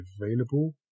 available